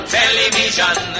television